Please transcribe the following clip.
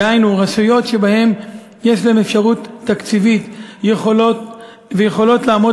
דהיינו רשויות שבהן יש אפשרות תקציבית ויכולות לעמוד